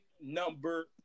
number